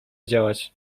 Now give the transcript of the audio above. działać